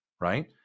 right